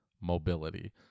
mobility